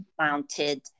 mounted